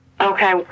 Okay